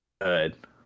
good